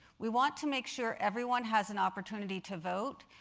we want to make sure everyone has an opportunity to vote,